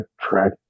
track